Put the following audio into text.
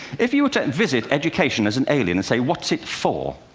if you were to visit education as an alien and say what's it for,